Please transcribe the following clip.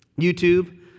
YouTube